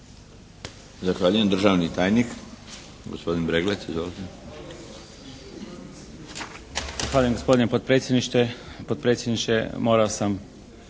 Zahvaljujem. Državni tajnik gospodin Breglec izvolite.